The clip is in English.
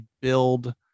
build